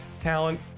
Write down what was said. talent